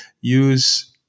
use